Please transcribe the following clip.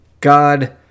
God